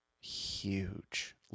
huge